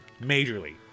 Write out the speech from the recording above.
majorly